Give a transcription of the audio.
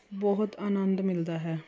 ਬਹੁਤ ਆਨੰਦ ਮਿਲਦਾ ਹੈ